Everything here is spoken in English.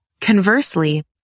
Conversely